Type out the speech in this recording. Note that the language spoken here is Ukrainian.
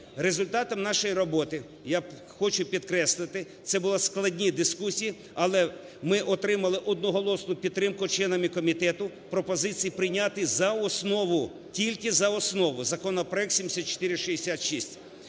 Результатом нашої роботи, я хочу підкреслити, це були складні дискусії, але ми отримали одноголосну підтримку членами комітету пропозиції прийняти за основу, тільки за основу законопроект 7466.